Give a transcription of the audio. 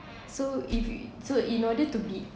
so if y~ so in order to be